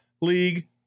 league